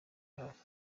hafi